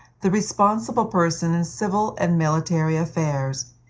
the responsible person in civil and military affairs,